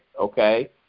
okay